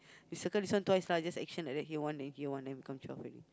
you circle this one twice lah just action like that here one then here one then become twelve already